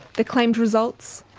the claimed results?